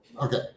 Okay